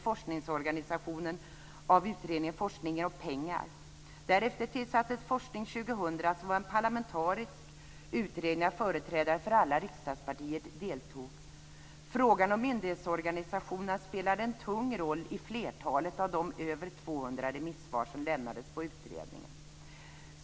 Forskning 2000 som var en parlamentarisk utredning där företrädare för alla riksdagspartier deltog. Frågan om myndighetsorganisationerna spelade en tung roll i flertalet av de över 200 remissvar som lämnades med anledning av utredningen.